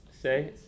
say